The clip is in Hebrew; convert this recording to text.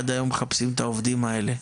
עד היום מחפשים את העובדים האלה,